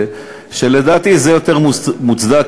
שלדעתי זה יותר מוצדק,